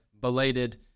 belated